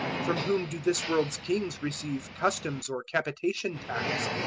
from whom do this world's kings receive customs or capitation tax?